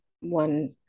one